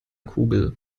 kugel